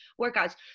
workouts